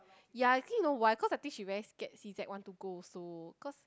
ya I think you know why cause I think she very scared C_Z want to go also cause